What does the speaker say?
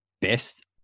best